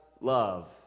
love